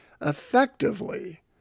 Effectively